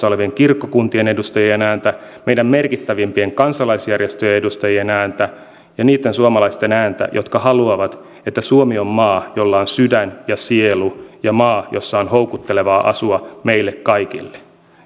olevien kirkkokuntien edustajien ääntä meidän merkittävimpien kansalaisjärjestöjen edustajien ääntä ja niitten suomalaisten ääntä jotka haluavat että suomi on maa jolla on sydän ja sielu ja maa jossa on houkuttelevaa asua meille kaikille